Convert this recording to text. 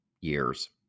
years